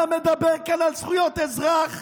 אתה מדבר כאן על זכויות אזרח?